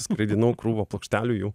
skraidinau krūvą plokštelių jų